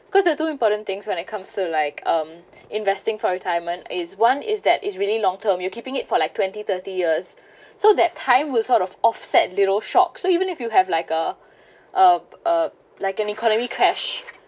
cause there's two important things when it comes to like um investing for retirement is one is that it's really long term you keeping it for like twenty thirty years so that time will sort of offset little shocks so even if you have like a uh uh like an economy crash